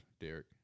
Derek